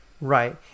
right